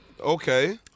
Okay